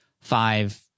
five